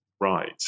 right